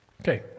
Okay